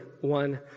one